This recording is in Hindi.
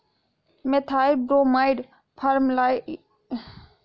मिथाइल ब्रोमाइड, फॉर्मलडिहाइड इत्यादि का उपयोग फंगिसाइड के तौर पर किया जाता है